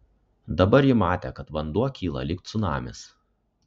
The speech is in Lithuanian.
dabar ji matė kad vanduo kyla lyg cunamis